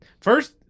first